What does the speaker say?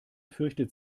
fürchtet